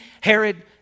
Herod